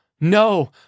No